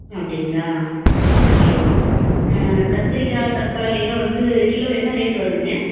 அப்படிங்களா ஓகே கத்திரிக்காய் தக்காளியெல்லாம் வந்து கிலோ என்ன ரேட் வருதுங்க